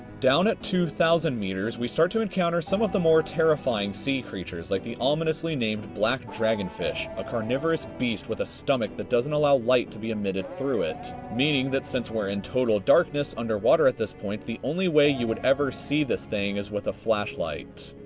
down at two thousand meters, we start to encounter some of the more terrifying sea creatures like the ominously named black dragonsih, a carnivorous beast with a stomach that doesn't allow light to be emitted through it. meaning that since we are in total darkness underwater at this point, the only way you would ever see this thing is with a flashlight.